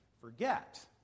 forget